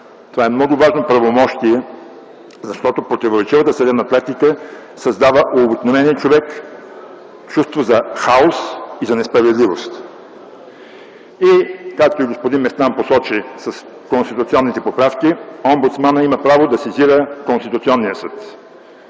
Това е много важно правомощие, защото противоречивата съдебна практика създава у обикновения човек чувство за хаос и за несправедливост. Както посочи и господин Местан, с конституционните поправки омбудсманът има право да сезира Конституционния съд,